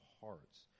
hearts